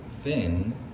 thin